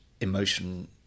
emotion